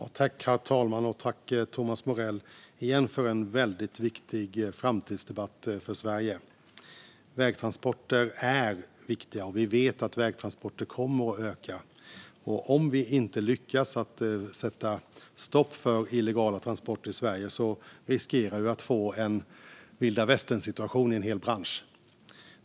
Herr talman! Jag tackar åter Thomas Morell för en väldigt viktig framtidsdebatt för Sverige. Vägtransporter är viktiga, och vi vet att vägtransporterna kommer att öka. Om vi inte lyckas sätta stopp för illegala transporter i Sverige riskerar vi att få en vilda västern-situation i en hel bransch.